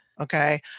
Okay